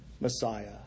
Messiah